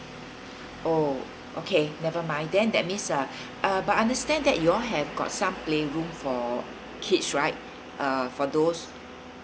oh okay never mind then that means uh uh but I understand that you all have got some play room for kids right uh for those